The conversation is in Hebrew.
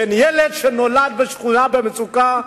ובין ילד שנולד בשכונת מצוקה,